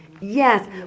Yes